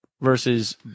versus